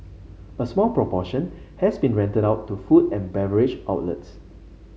a small proportion has been rented out to food and beverage outlets